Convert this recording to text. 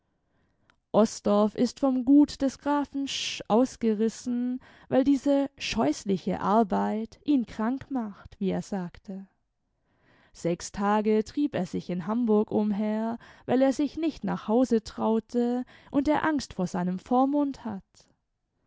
osdorff ist vom gut des grafen seh ausgerissen weil diese scheußliche arbeit ihn krank macht wie er sagte sechs tage trieb er sich in hamburg umher weil er sich nicht nach hause traute und er angst vor seinem vormund hat